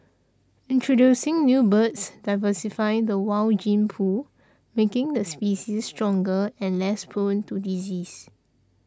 introducing new birds diversify the wild gene pool making the species stronger and less prone to disease